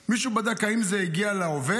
מישהו בדק האם זה הגיע לעובד?